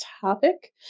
topic